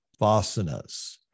Vasanas